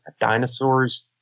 dinosaur's